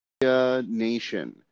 nation